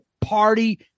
party